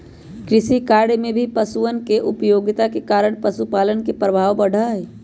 कृषिकार्य में भी पशुअन के उपयोगिता के कारण पशुपालन के प्रभाव बढ़ा हई